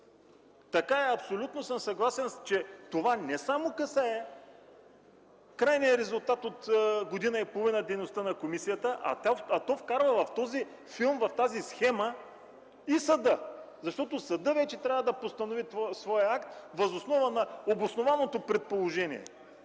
Така е, абсолютно съм съгласен, че това не само касае крайния резултат от година и половина дейност на комисията, а то вкарва в този филм, в тази схема и съда, защото съдът вече трябва да постанови своя акт, въз основа на обоснованото предположение.